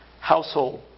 household